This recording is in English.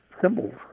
symbols